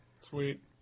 Sweet